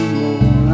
more